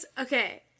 Okay